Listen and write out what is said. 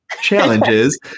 challenges